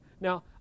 Now